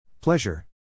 Pleasure